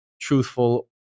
truthful